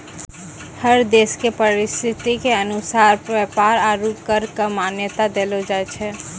हर देश के परिस्थिति के अनुसार व्यापार आरू कर क मान्यता देलो जाय छै